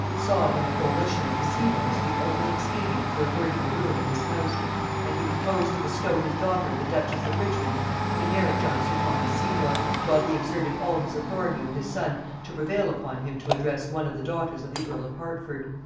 saw in a coalition with the seymours the only expedient for averting the ruin of his house and he proposed to bestow his daughter the duchess of richmond in marriage on sir thomas seymour, while he exerted all his authority with his son to prevail upon him to address one of the daughters of the earl of hertford.